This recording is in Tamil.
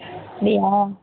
அப்படியா